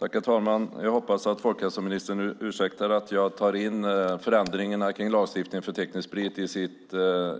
Herr talman! Jag hoppas att folkhälsoministern ursäktar att jag tar med förändringarna av lagstiftningen om teknisk sprit